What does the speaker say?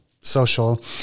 social